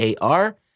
AR